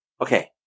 Okay